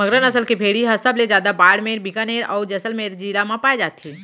मगरा नसल के भेड़ी ह सबले जादा बाड़मेर, बिकानेर, अउ जैसलमेर जिला म पाए जाथे